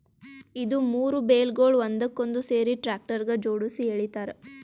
ಇದು ಮೂರು ಬೇಲ್ಗೊಳ್ ಒಂದಕ್ಕೊಂದು ಸೇರಿಸಿ ಟ್ರ್ಯಾಕ್ಟರ್ಗ ಜೋಡುಸಿ ಎಳಿತಾರ್